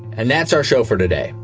and that's our show for today.